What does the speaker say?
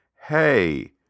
hey